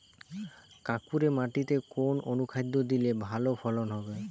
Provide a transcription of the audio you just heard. কাঁকুরে মাটিতে কোন অনুখাদ্য দিলে ভালো ফলন হবে?